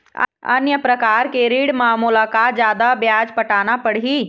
अन्य प्रकार के ऋण म मोला का जादा ब्याज पटाना पड़ही?